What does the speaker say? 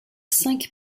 cinq